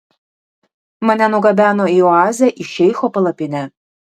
mane nugabeno į oazę į šeicho palapinę